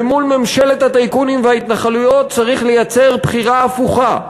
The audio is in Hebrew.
ומול ממשלת הטייקונים וההתנחלויות צריך לייצר בחירה הפוכה,